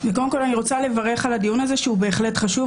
אני רוצה לברך על הדיון הזה שהוא בהחלט חשוב,